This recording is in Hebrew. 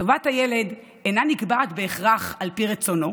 טובת הילד אינה נקבעת בהכרח על פי רצונו,